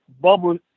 bubble